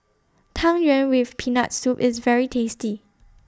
Tang Yuen with Peanut Soup IS very tasty